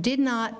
did not